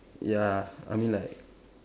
ya I mean like